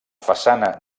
façana